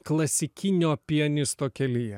klasikinio pianisto kelyje